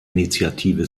initiative